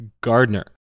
Gardner